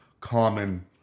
common